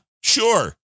sure